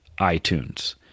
iTunes